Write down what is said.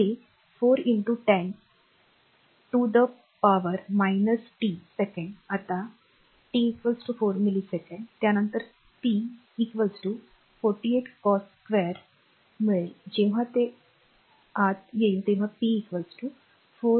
ते 410 to the power - t सेकंडआता t 4 millisecond त्यानंतर प 48 cos 2 मिळेल जेव्हा ते आत येईल तेव्हा p 4